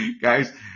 Guys